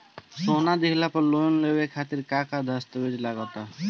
सोना दिहले पर लोन लेवे खातिर का का दस्तावेज लागा ता?